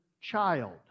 child